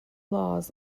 laws